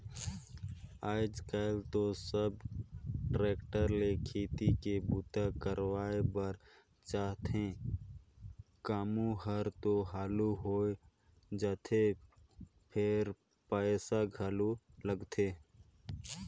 आयज कायल तो सब टेक्टर ले खेती के बूता करवाए बर चाहथे, कामो हर तो हालु होय जाथे फेर पइसा घलो लगथे